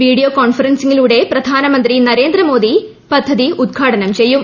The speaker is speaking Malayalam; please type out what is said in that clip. വീഡിയോ കോൺഫറൻസിംഗിലൂടെ പ്രധാനമന്ത്രി നരേന്ദ്ര മോദി ഉദ്ഘാടനം ചെയ്യും